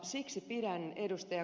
siksi pidän ed